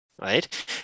right